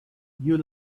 you